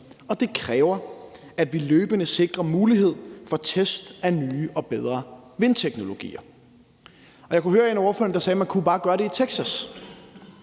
og det kræver, at vi løbende sikrer mulighed for test af nye og bedre vindteknologier. Jeg kunne høre en af ordførerne, der sagde, at man bare kunne gøre det i Texas.